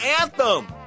anthem